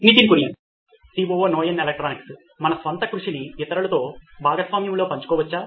Nitin Kurian COO నోయిన్ electronics మన స్వంత కృషిని ఇతరులతో భాగస్వామ్యంలో పంచుకోవచ్చా